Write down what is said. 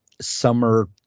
summer